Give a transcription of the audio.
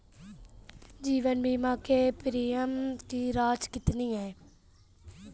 जीवन बीमा के लिए प्रीमियम की राशि कितनी है?